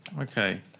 Okay